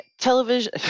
television